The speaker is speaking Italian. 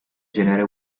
genere